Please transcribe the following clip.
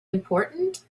important